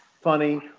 funny